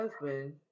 husband